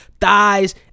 thighs